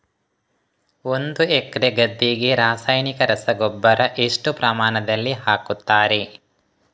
ಒಂದು ಎಕರೆ ಗದ್ದೆಗೆ ರಾಸಾಯನಿಕ ರಸಗೊಬ್ಬರ ಎಷ್ಟು ಪ್ರಮಾಣದಲ್ಲಿ ಹಾಕುತ್ತಾರೆ?